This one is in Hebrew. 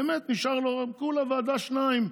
באמת, נשאר לו כולה ועדה, שתיים,